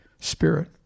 spirit